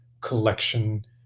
collection